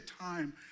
time